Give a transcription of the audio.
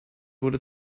wurde